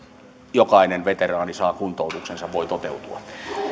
jokainen veteraani saa kuntoutuksensa voi toteutua